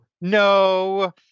no